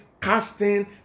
casting